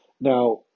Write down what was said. Now